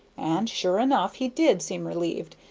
and sure enough he did seem relieved,